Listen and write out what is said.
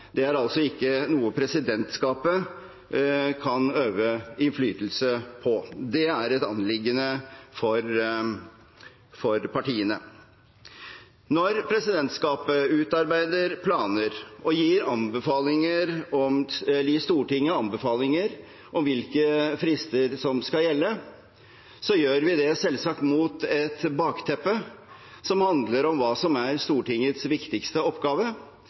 ikke, er altså ikke noe presidentskapet kan øve innflytelse på. Det er et anliggende for partiene. Når presidentskapet utarbeider planer og gir Stortinget anbefalinger om hvilke frister som skal gjelde, gjør vi det selvsagt mot et bakteppe, som handler om hva som er Stortingets viktigste oppgave,